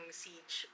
siege